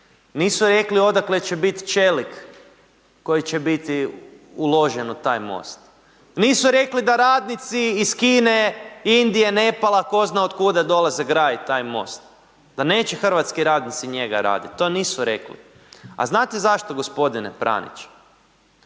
Nisu rekli odakle će biti čelik koji će biti uložen u taj most. Nisu rekli da radnici iz Kine, Indije, Nepala, tko zna od kuda dolaze graditi taj most. Da neće hrvatski radnici njega raditi, to nisu rekli. A znate zašto, g. Pranić?